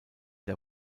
der